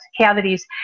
cavities